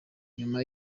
nyuma